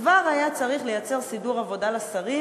כבר היה צריך לייצר סידור עבודה לשרים,